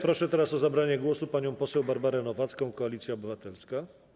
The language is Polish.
Proszę teraz o zabranie głosu panią poseł Barbarę Nowacką, Koalicja Obywatelska.